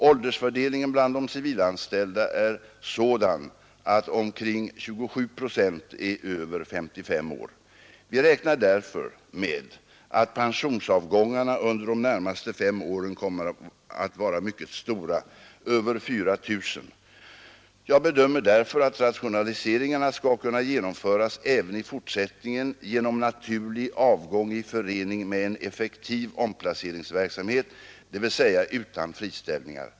Åldersfördelningen bland de civilanställda är sådan att omkring 27 procent är över 55 år. Vi räknar därför med att pensionsavgångarna under de närmaste fem åren kommer att vara mycket stora, över 4 000. Jag bedömer därför att rationaliseringarna skall kunna genomföras även i fortsättningen genom naturlig avgång i förening med en effektiv omplaceringsverksamhet, dvs. utan friställningar.